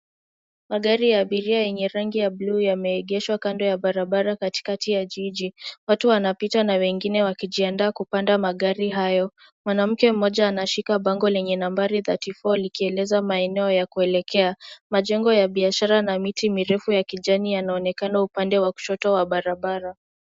Magari ya abiria ya rangi yenye rangi ya buluu yameegeshwa kando ya barabara katikati ya jiji. Watu wanapita na wengine wakijiandaa kupanda magari hayo. Mwanamke mmoja anashika bango lenye nambari 34,likieleza maeneo ya kuelekea, majengo ya biashara na miti mirefu ya kijani yanaonekana upande wa kushoto wa barabara.